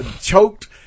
choked